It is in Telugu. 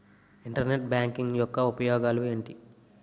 ఇంటర్నెట్ బ్యాంకింగ్ యెక్క ఉపయోగాలు ఎంటి?